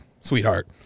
sweetheart